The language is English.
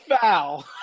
foul